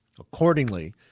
Accordingly